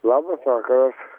labas vakaras